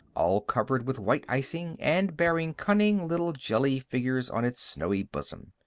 all covered with white icing, and bearing cunning little jelly figures on its snowy bosom.